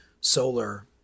solar